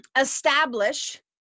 Establish